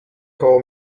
koło